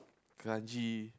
kranji